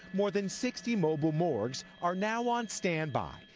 more than sixty mobile morgues are now on stand-by.